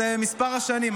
זה מספר השנים.